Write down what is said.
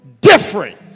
different